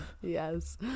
Yes